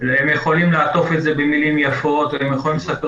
הם יכולים לעטוף את זה במילים יפות והם יכולים לספר